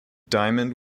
diamond